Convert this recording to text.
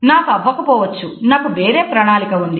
నాకు అవ్వకపోవచ్చు నాకు వేరే ప్రణాళిక ఉంది